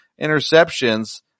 interceptions